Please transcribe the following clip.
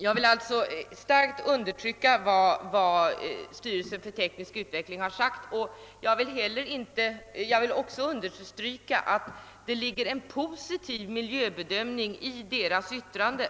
Jag vill alltså starkt understryka styrelsens för teknisk utveckling uttalande och vill också framhålla, att det ligger en positiv miljöbedömning bakom yttrandet.